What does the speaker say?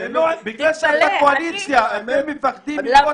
בגלל שאתה קואליציה, אתם מפחדים מאנשים ברחובות.